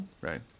Right